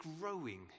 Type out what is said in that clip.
growing